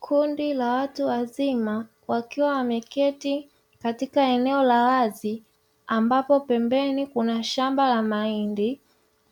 Kundi la watu wazima wakiwa wameketi katika eneo la wazi ambapo pembeni kuna shamba la mahindi,